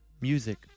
music